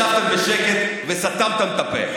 ישבתם בשקט וסתמתם את הפה,